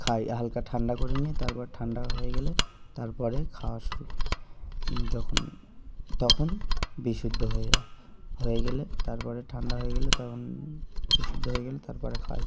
খাই হালকা ঠান্ডা করে নিই তারপর ঠান্ডা হয়ে গেলে তারপরে খাওয়া শুরু করি যখন তখন বিশুদ্ধ হয়ে যায় হয়ে গেলে তারপরে ঠান্ডা হয়ে গেলে তখন বিশুদ্ধ হয়ে গেলে তারপরে খাই